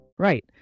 Right